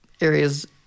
areas